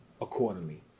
Accordingly